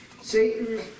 Satan